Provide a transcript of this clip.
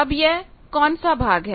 अब यह कौन सा भाग है